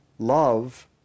love